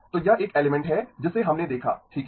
तो यह एक एलिमेंट है जिसे हमने देखा ठीक है